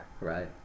Right